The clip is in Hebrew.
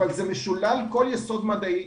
אבל זה משולל כל יסוד מדעי,